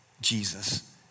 Jesus